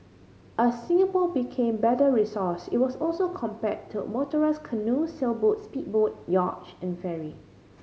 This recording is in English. as Singapore became better resourced it was also compared to a motorised canoe sailboats speedboat yacht and ferry